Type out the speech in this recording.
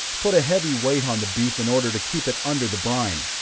put a heavy weight on the beef in order to keep it under the brine.